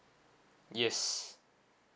yes